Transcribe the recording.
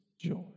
joy